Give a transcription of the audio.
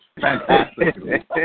fantastic